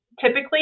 Typically